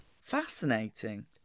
Fascinating